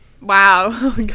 Wow